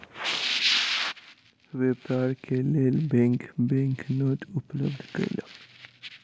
व्यापार के लेल बैंक बैंक नोट उपलब्ध कयलक